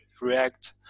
react